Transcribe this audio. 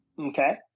Okay